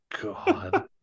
God